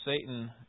Satan